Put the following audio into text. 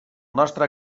nostre